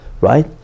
right